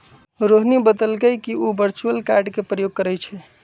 रोहिणी बतलकई कि उ वर्चुअल कार्ड के प्रयोग करई छई